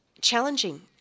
challenging